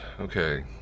Okay